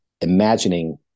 imagining